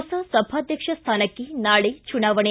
ಹೊಸ ಸಭಾಧ್ಯಕ್ಷ ಸ್ಥಾನಕ್ಕೆ ನಾಳೆ ಚುನಾವಣೆ